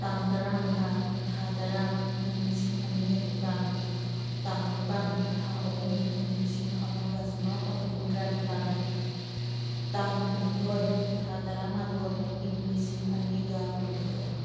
ꯇꯥꯡ ꯇꯔꯥ ꯃꯉꯥ ꯊꯥ ꯇꯔꯥ ꯏꯪ ꯂꯤꯁꯤꯡ ꯑꯅꯤꯒ ꯅꯤꯄꯥꯟ ꯇꯥꯡ ꯅꯤꯄꯥꯟ ꯊꯥ ꯑꯍꯨꯝ ꯏꯪ ꯂꯤꯁꯤꯡ ꯑꯃꯒ ꯆꯃꯥꯄꯟ ꯍꯨꯝꯐꯨ ꯇꯔꯥ ꯅꯤꯄꯥꯟ ꯇꯥꯡ ꯀꯨꯟꯅꯤꯊꯣꯏ ꯊꯥ ꯇꯔꯥ ꯃꯥꯊꯣꯏ ꯏꯪ ꯂꯤꯁꯤꯡ ꯑꯅꯤꯒ ꯀꯨꯟꯍꯨꯝꯗꯣꯏ